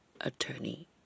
attorney